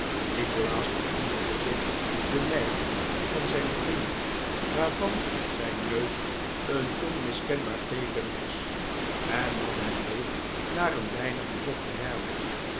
nikolaas herinnerde zich de neiging van zijn vriend waarvan zijn neus een onmiskenbaar teeken was en nam hem mee naar een weinig bezochte herberg